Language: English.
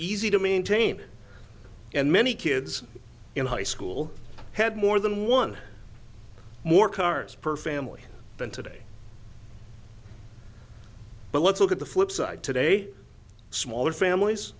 easy to maintain and many kids in high school had more than one more cars per family than today but let's look at the flipside today smaller families